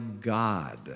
God